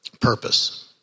purpose